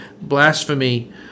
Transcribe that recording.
blasphemy